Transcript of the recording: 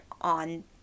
on